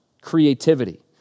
creativity